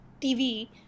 tv